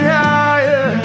higher